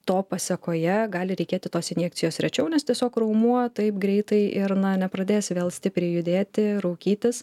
to pasekoje gali reikėti tos injekcijos rečiau nes tiesiog raumuo taip greitai ir na nepradės vėl stipriai judėti raukytis